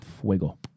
Fuego